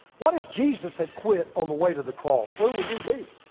what if jesus had quit on the way to the cross, where would we be?